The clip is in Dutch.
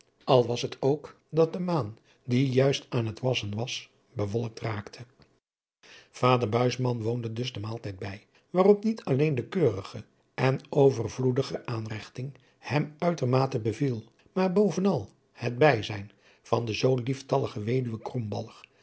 al was het ook dat de maan die juist aan het wassen was bewolkt raakte vader buisman woonde dus den maaltijd bij waarop niet alleen de keurige en overvloedige aanregting hem uitermate beviel maar bovenal het bijzijn van de zoo lieftalige wed